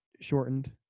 shortened